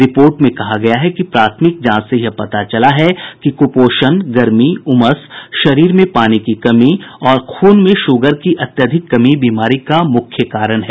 report में कहा गया है कि प्राथमिक जांच से यह पता चला है कि कुपोषण गर्मी उमस शरीर में पानी की कमी और खून में शुगर की अत्यधिक कमी बीमारी का मुख्य कारण है